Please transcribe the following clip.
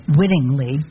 wittingly